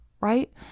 right